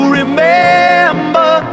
remember